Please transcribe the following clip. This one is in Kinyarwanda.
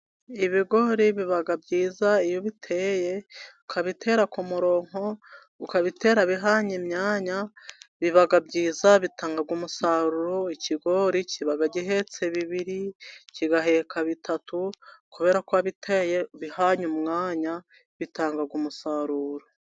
Ibigori biba byiza iyo ubiteye, ukabitera ku muronko, ukabitera bihanye imyanya, biba byiza bitanga umusaruro, ikigori kiba gihetse bibiri, kigaheka bitatu, kubera ko bihanye umwanya, bitanga umusaruro.